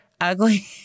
ugly